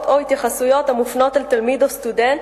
או בהתייחסויות המופנות אל תלמיד או סטודנט